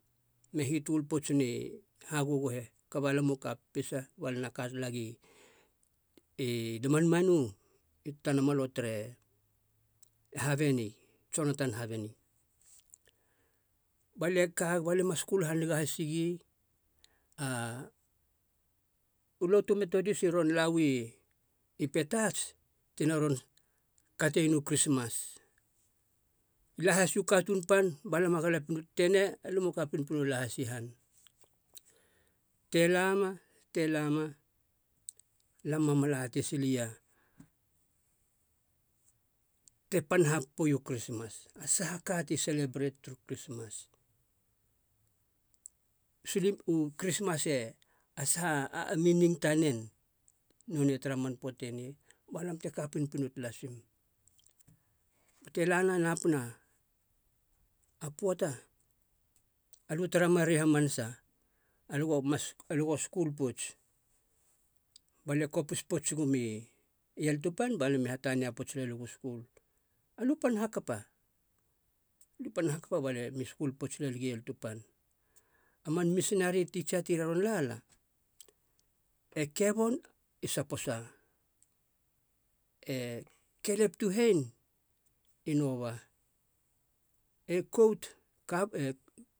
Me hitol pouts ne hagogohe kaba lam u ka pepesa balia ena ka talagia i- i lemanmanu i tanamalo tere habeni, jonathan habeni. Ba lia e kag ba lia e ma skul haniga has gi. u lotu methodist i ron lauu i petats tina ron katein u krismas, i la hasiu u katuun pan ba lam a galapien u tetenei, alam u ka pinpino hasia i han. Te lama te lama, alam ma mala atei sileia, te pan hapopoia u krismas, a saha ka ti selebrate turu krismas. Sinip u krismas e a saha a mining tanen nonei tara man poata eni, balam te ka pinpino talasim. Bate lana, napina a poata alo tara marue hamanasa aliu go skul pouts balia kopis pouts guma i eltupan balia mi hatania pouts tsegu skul. Aliu pa hakapa aliu pan hakapa ba lia me skul pouts gia i eltupan. A man misinari teacher ti ron lala, e kebon i saposa, kelep tuhein i nova. I kout e- kav-